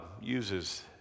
uses